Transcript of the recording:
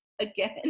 again